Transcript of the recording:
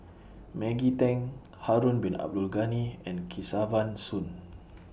Maggie Teng Harun Bin Abdul Ghani and Kesavan Soon